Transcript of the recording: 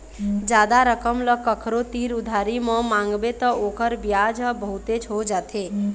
जादा रकम ल कखरो तीर उधारी म मांगबे त ओखर बियाज ह बहुतेच हो जाथे